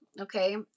Okay